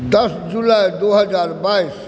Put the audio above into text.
दस जुलाइ दू हजार बाइस